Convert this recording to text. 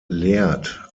lehrt